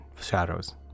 shadows